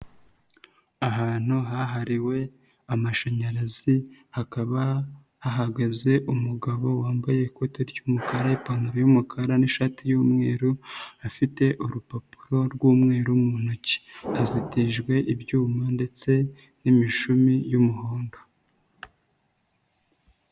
Ahantu hahariwe amashanyarazi, hakaba hahagaze umugabo wambaye ikote ry'umukara, ipantaro y'umukara n'ishati y'umweru, afite urupapuro rw'umweru mu ntoki. Hazitijwe ibyuma ndetse n'imishumi y'umuhondo.